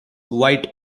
white